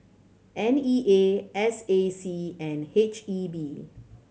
N E A S A C and H E B